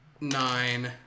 nine